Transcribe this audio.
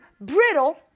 brittle